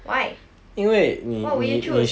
why what would you chose